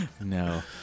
No